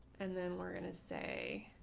and then we're going to say